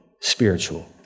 spiritual